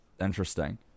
interesting